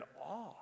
awe